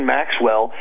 Maxwell